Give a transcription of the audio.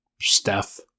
Steph